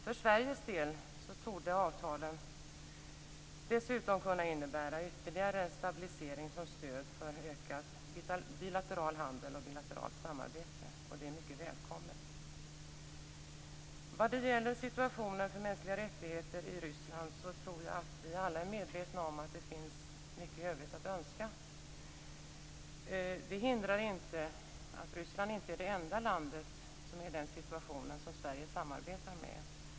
För Sveriges del torde avtalen dessutom kunna innebära ytterligare stabilisering som stöd för ökande bilateral handel och bilateralt samarbete. Det är mycket välkommet. Ryssland tror jag att vi alla är medvetna om att det finns mycket övrigt att önska. Detta hindrar inte att Ryssland inte är det enda land som Sverige samarbetar med som är i den situationen.